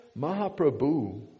Mahaprabhu